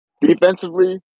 Defensively